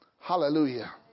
Hallelujah